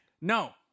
No